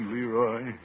Leroy